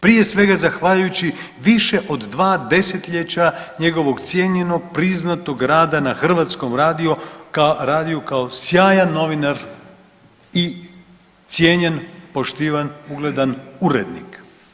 Prije svega, zahvaljujući više od 2 desetljeća njegovog cijenjenog, priznatog rada na Hrvatskom radiju kao sjajan novinar i cijenjen, poštivan, ugledan urednik.